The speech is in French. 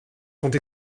sont